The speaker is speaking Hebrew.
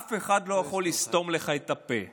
אף אחד לא יכול לסתום לך את הפה.